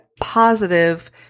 positive